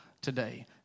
today